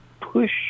push